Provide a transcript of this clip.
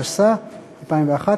התשס"א 2001,